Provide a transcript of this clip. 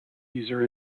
caesar